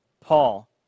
Paul